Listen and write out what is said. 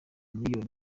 millions